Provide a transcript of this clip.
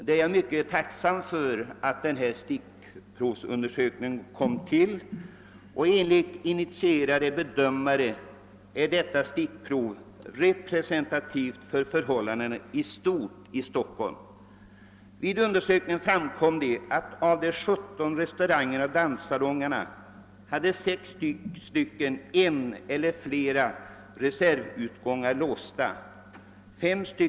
Jag är mycket tacksam för att denna undersökning kommit till stånd. Enligt initierade bedömare är detta stickprov representativt för förhållandena i stort i Stockholm. Vid undersökningen framkom det att av de 17 restaurangerna och danssalongerna hade sex en eller flera reservutgångar låsta.